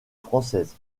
française